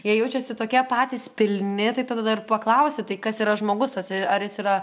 jie jaučiasi tokie patys pilni tai tada ir paklausi tai kas yra žmogus atsei ar jis yra